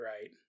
right